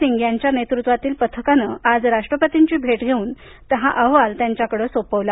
सिंग यांच्या नेतृत्वातील पथकानं आज राष्ट्रपतींची भेट घेऊन हा अहवाल त्यांच्याकडे सोपवला